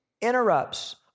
interrupts